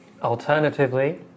Alternatively